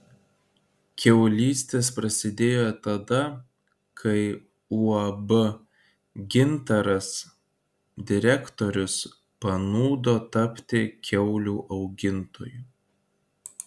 kiaulystės prasidėjo tada kai uab gintaras direktorius panūdo tapti kiaulių augintoju